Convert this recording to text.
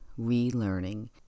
relearning